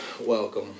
welcome